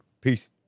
Peace